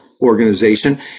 organization